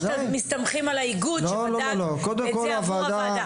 או שאתם מסתמכים על כך שהאיגוד בדק את זה עבור הוועדה?